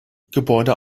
gebäude